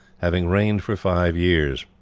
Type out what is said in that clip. having reigned for five years.